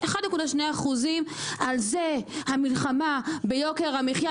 1.2%. על זה המלחמה ביוקר המחיה?